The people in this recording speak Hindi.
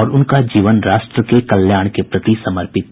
और उनका जीवन राष्ट्र के कल्याण के प्रति समर्पित था